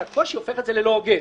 שהקושי הופך את זה ללא הוגן.